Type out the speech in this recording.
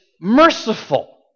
merciful